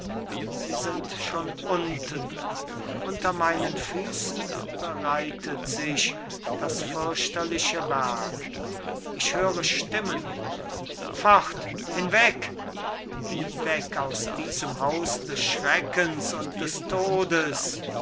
sie sind schon unten unter meinen füßen bereitet sich das fürchterliche werk ich höre stimmen fort hinweg hinweg aus diesem haus des schreckens und des todes